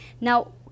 Now